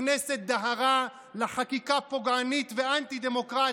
הכנסת דהרה לחקיקה פוגענית ואנטי-דמוקרטית,